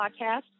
podcast